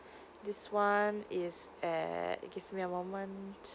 this one is at give me a moment